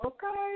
Okay